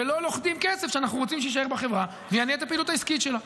ולא לוכדים כסף שאנחנו רוצים שיישאר בחברה ויניע את הפעילות העסקית שלה.